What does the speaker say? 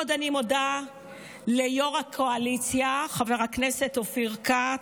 עוד אני מודה ליו"ר הקואליציה חבר הכנסת אופיר כץ.